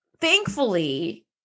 thankfully